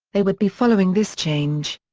they would be following this change.